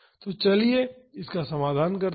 तो चलिए इसका समाधान करते हैं